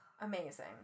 Amazing